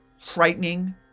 frightening